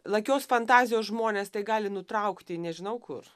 lakios fantazijos žmonės tai gali nutraukti nežinau kur